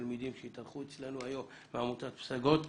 לתלמידים שהתארחו אצלנו היום מעמותת פסגות,